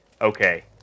okay